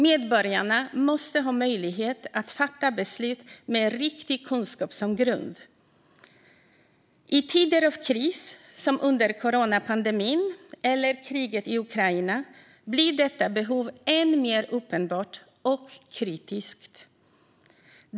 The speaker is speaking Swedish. Medborgarna måste ha möjlighet att fatta beslut med riktig kunskap som grund. I tider av kris, som under coronapandemin eller kriget i Ukraina, blir detta behov än mer uppenbart och kritiskt.